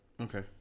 Okay